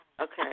okay